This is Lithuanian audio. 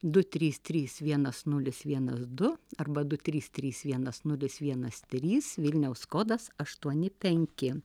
du trys trys vienas nulis vienas du arba du trys trys vienas nulis vienas trys vilniaus kodas aštuoni penki